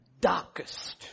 darkest